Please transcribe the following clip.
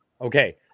okay